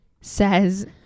says